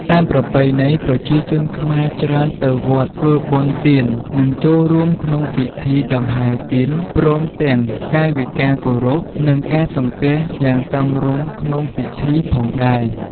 តាមប្រពៃណី ប្រជាជនខ្មែរច្រើនទៅវត្តធ្វើបុណ្យទាន និងចូលរួមក្នុងពិធីដង្ហែទៀនព្រមទាំងកាយវិការគោរព និងការសំពះយ៉ាងសមរម្យក្នុងពីធីផងដែរ។